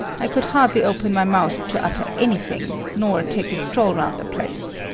i could hardly open my mouth to utter anything, nor take a stroll around the place.